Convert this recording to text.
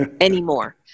anymore